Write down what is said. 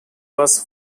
was